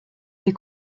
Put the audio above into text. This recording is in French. des